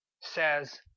says